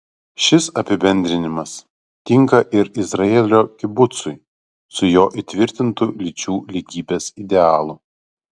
šis apibendrinimas tinka ir izraelio kibucui su jo įtvirtintu lyčių lygybės idealu